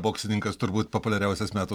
boksininkas turbūt populiariausias metų